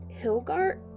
Hilgart